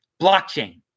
blockchain